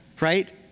right